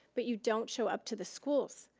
but you don't show up to the schools.